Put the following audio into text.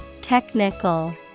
Technical